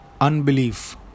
unbelief